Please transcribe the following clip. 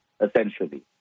essentially